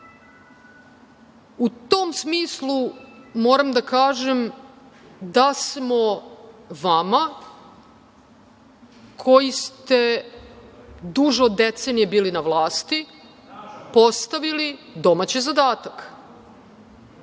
tom smislu, moram da kažem da smo vama koji ste duže od decenije bili na vlasti postavili domaći zadatak